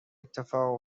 اتفاق